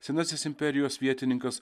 senasis imperijos vietininkas